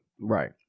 Right